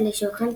רגלי שולחן,